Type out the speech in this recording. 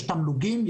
יש תמלוגים,